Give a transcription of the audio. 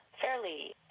fairly